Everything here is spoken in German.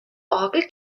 orgel